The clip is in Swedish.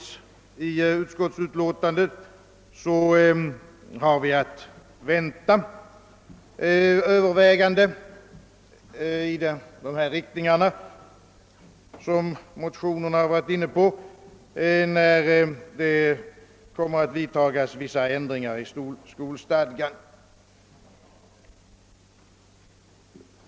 Som utskottet framhållit är överväganden i de riktningar som motionärerna varit inne på att vänta när vissa ändringar i skolstadgan kommer att genomföras.